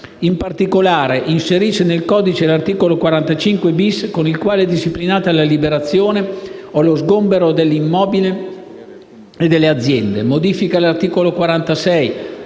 In particolare inserisce nel codice l'articolo 45-*bis*, con il quale è disciplinata la liberazione e lo sgombero dell'immobile e delle aziende; modifica l'articolo 46